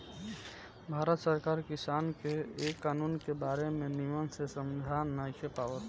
भारत सरकार किसान के ए कानून के बारे मे निमन से समझा नइखे पावत